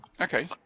Okay